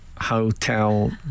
hotel